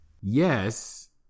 Yes